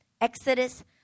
Exodus